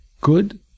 good